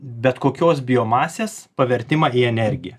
bet kokios biomasės pavertimą į energiją